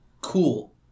cool